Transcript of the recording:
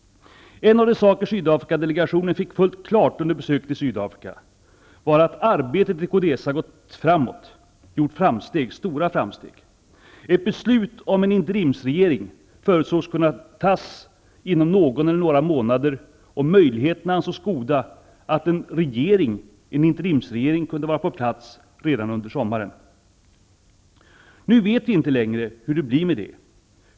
En av de saker Sydafrikadelegationen fick fullt klart under besöket i Sydafrika var att arbetet i CODESA gjort stora framsteg. Ett beslut om en interimsregering förutsågs kunna tas inom någon eller några månader, och möjligheterna ansågs goda att en interimsregering kunde vara på plats redan under sommaren. Nu vet vi inte längre hur det blir med det.